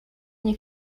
nie